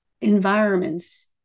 environments